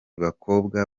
bakobwa